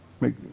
Make